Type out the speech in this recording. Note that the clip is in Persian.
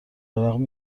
رغم